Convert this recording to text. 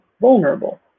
vulnerable